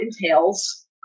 entails